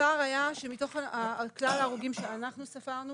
הפער היה שמתוך כלל ההרוגים שאנחנו ספרנו,